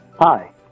Hi